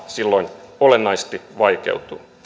silloin olennaisesti vaikeutuu